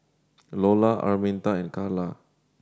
Lola Araminta and Karla